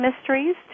mysteries